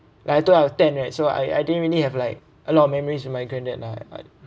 like I told I was ten right so I I didn't really have like a lot of memories with my granddad lah but